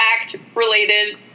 act-related